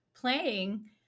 playing